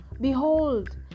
behold